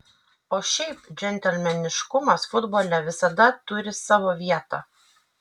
o šiaip džentelmeniškumas futbole visada turi savo vietą